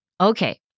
Okay